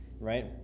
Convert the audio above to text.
right